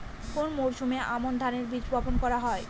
কোন মরশুমে আমন ধানের বীজ বপন করা হয়?